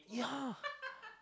yeah